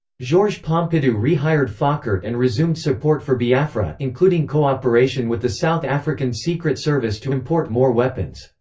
georges pompidou re-hired foccart and resumed support for biafra, including cooperation with the south african secret service to import more weapons.